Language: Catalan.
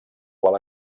qual